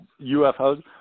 UFOs